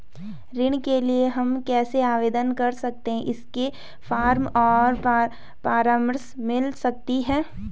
ऋण के लिए हम कैसे आवेदन कर सकते हैं इसके फॉर्म और परामर्श मिल सकती है?